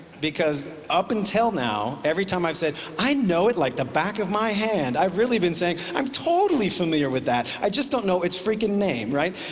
because up until now, every time i've said, i know it like the back of my hand, i've really been saying, i'm totally familiar with that, i just don't know it's freaking name, right?